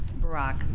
Barack